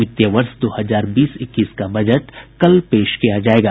वित्तीय वर्ष दो हजार बीस इक्कीस का बजट कल पेश किया जाएगा